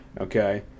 Okay